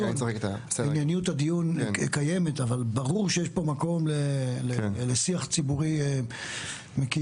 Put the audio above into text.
ענייניות הדיון קיימת אבל ברור שיש פה מקום לשיח ציבורי מקיף,